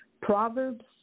Proverbs